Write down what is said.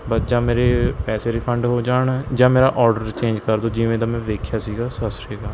ਬਸ ਜਾਂ ਮੇਰੇ ਪੈਸੇ ਰਿਫੰਡ ਹੋ ਜਾਣ ਜਾਂ ਮੇਰਾ ਓਡਰ ਚੇਂਜ ਕਰ ਦਿਉ ਜਿਵੇਂ ਦਾ ਮੈਂ ਵੇਖਿਆ ਸੀਗਾ ਸਤਿ ਸ਼੍ਰੀ ਅਕਾਲ